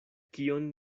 kion